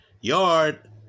Yard